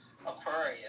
Aquarius